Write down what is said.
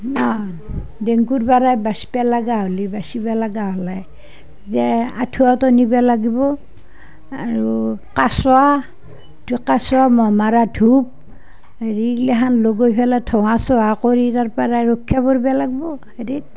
ডেংগুৰ পৰা বাচিব লগা হ'লে বাচিব লগা হ'লে আঁঠুৱা টানিব লাগিব আৰু কছুৱা কছুৱা ম'হ মৰা ধূপ এইগিলাখন লগাই পেলাই ধোৱা চোৱা কৰি তাৰপৰা ৰক্ষা কৰিব লাগিব